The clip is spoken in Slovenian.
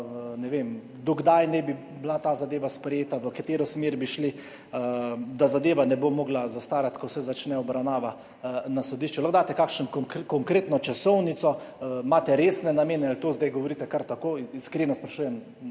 ne vem, do kdaj naj bi bila ta zadeva sprejeta, v katero smer bi šli, da zadeva ne bo mogla zastarati, ko se začne obravnava na sodišču? Lahko daste kakšno konkretno časovnico, imate resne namene ali to zdaj govorite kar tako? Iskreno sprašujem,